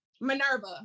Minerva